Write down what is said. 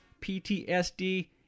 PTSD